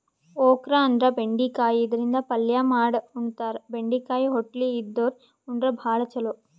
okra ಅಂದ್ರ ಬೆಂಡಿಕಾಯಿ ಇದರಿಂದ ಪಲ್ಯ ಮಾಡ್ ಉಣತಾರ, ಬೆಂಡಿಕಾಯಿ ಹೊಟ್ಲಿ ಇದ್ದೋರ್ ಉಂಡ್ರ ಭಾಳ್ ಛಲೋ